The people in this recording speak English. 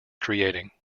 creating